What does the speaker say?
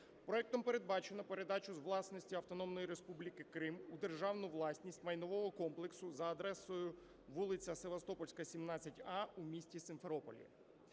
Проектом передбачено передачу з власності Автономної Республіки Крим у державну власність майнового комплексу за адресою: вулиця Севастопольська, 17А у місті Сімферополі.